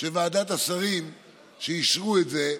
שוועדת השרים אישרה את זה,